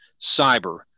cyber